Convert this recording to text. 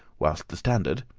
whilst the standard,